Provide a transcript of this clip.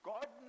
God